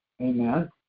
Amen